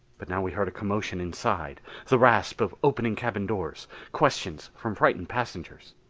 but now we heard a commotion inside the rasp of opening cabin doors questions from frightened passengers.